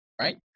right